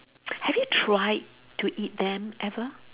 have you tried to eat them ever